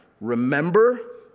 Remember